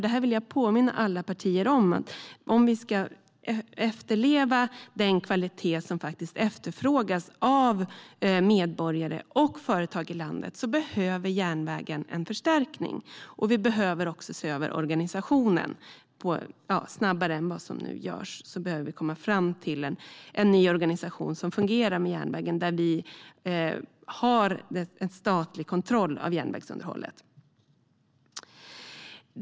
Det vill jag påminna alla partier om, nämligen att om vi ska efterleva den kvalitet som efterfrågas av medborgare och företag i landet behöver järnvägen en förstärkning. Organisationen behöver också ses över. Vi behöver komma fram till en ny organisation som fungerar för järnvägen med en statlig kontroll av järnvägsunderhållet.